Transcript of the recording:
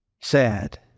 Sad